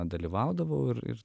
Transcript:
dalyvaudavau ir ir